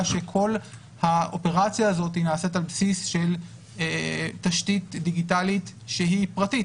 שכל האופרציה הזאת נעשית על בסיס תשתית דיגיטלית פרטית,